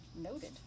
noted